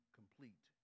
complete